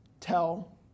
tell